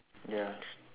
ya